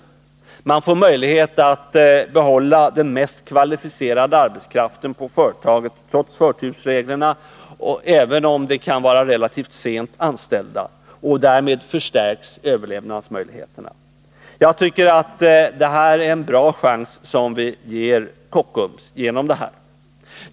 Man får, trots förtursreglerna, möjlighet att behålla den mest kvalificerade arbetskraften på företagen, även om det kan röra sig om relativt sent anställda. Därmed förstärks överlevnadsmöjligheterna. Jag tycker att vi genom detta ger Kockums en bra chans.